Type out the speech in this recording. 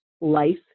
life